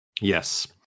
Yes